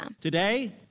Today